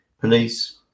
police